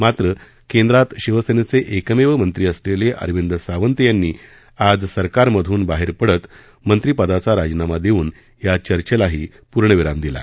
मात्र केंद्रात शिवसेनेचे एकमेव मंत्री असलेले अरविंद सावंत यांनी आज सरकारमधून बाहेर पडत मंत्रीपदाचा राजीनामा देऊन या चर्चेलाही पूर्णविराम दिला